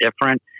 different